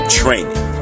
training